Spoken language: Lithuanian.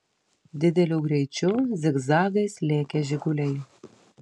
dideliu greičiu zigzagais lėkė žiguliai